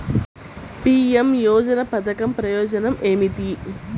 PM యోజన పధకం ప్రయోజనం ఏమితి?